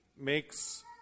makes